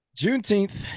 Juneteenth